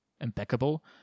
impeccable